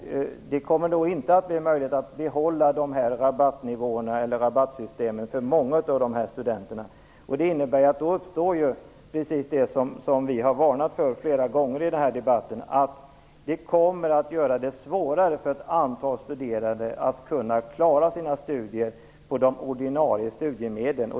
Det kommer nog inte att bli möjligt att behålla rabattsystemet för många av studenterna. Det innebär, precis som vi har varnat för i debatten, att det kommer att bli svårare för ett antal studerande att klara sina studier med ordinarie studiemedel.